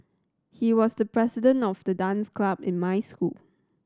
he was the president of the dance club in my school